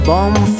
Bomb